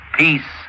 peace